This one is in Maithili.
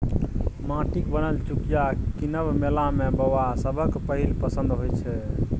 माटिक बनल चुकिया कीनब मेला मे बौआ सभक पहिल पसंद होइ छै